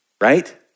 right